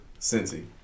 Cincy